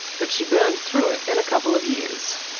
but she burned through it in a couple of years.